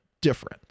different